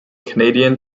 canadian